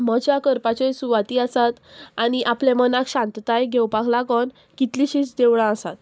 मजा करपाचे सुवाती आसात आनी आपले मनाक शांतताय घेवपाक लागोन कितलींशींच देवळां आसात